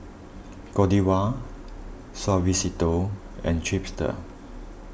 Godiva Suavecito and Chipster